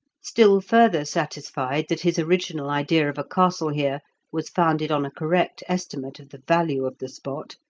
still further satisfied that his original idea of a castle here was founded on a correct estimate of the value of the spot,